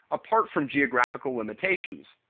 apart from geographical limitations.